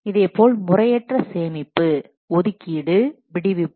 இதேபோல் முறையற்ற சேமிப்பு ஒதுக்கீடு மற்றும் விடுவிப்பு